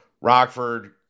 Rockford